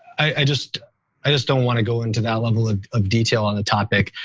i just i just don't want to go into that level of detail on the topic.